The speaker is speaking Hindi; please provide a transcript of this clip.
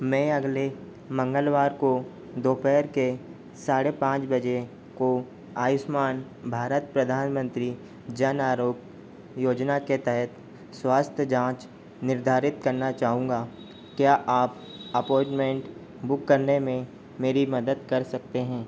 मैं अगले मंगलवार को दोपहर के साढ़े पाँच बजे को आयुष्मान भारत प्रधानमंत्री जन आरोग्य योजना के तहत स्वास्थ्य जाँच निर्धारित करना चाहूँगा क्या आप अपॉइनमेंट बुक करने में मेरी मदद कर सकते हैं